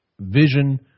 vision